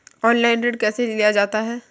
Online ऋण कैसे लिया जाता है?